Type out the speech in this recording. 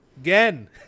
again